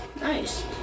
Nice